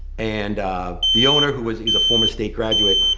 and the owner who is is a former state graduate,